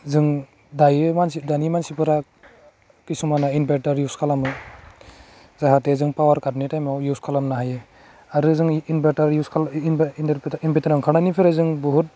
जों दायो मानसि दानि मानसिफोरा खिसुमाना इनभाइटार इउस खालामो जाहाथे जों पावार कार्डनि टाइमआव इउस खालामनो हायो आरो जोङो इनभाटार इउस खाल इनभे इनटारप्रेटार इनभेटार ओंखारनायनिफ्राय जों बहुद